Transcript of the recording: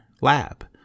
lab